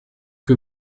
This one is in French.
que